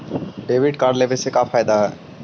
Debit card लेवे से का का फायदा है?